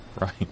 Right